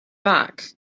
back